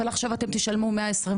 אבל עכשיו אתם תשלמו 125